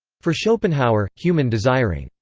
for schopenhauer, human desiring,